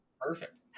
perfect